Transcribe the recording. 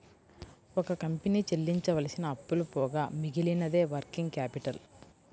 ఒక కంపెనీ చెల్లించవలసిన అప్పులు పోగా మిగిలినదే వర్కింగ్ క్యాపిటల్